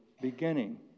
beginning